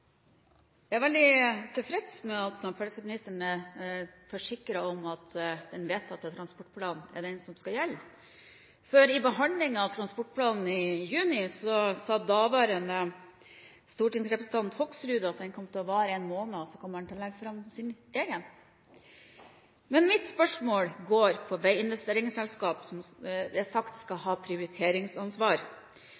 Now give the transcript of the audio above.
Jeg er veldig tilfreds med at samferdselsministeren forsikrer at den vedtatte transportplanen er den som skal gjelde, for i behandlingen av transportplanen i juni sa daværende stortingsrepresentant Hoksrud at den kom til å vare en måned, og så kom man til å legge fram sin egen. Mitt første spørsmål går på veiinvesteringsselskap, som er sagt